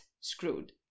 screwed